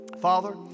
Father